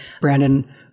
Brandon